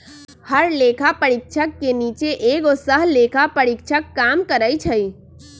हर लेखा परीक्षक के नीचे एगो सहलेखा परीक्षक काम करई छई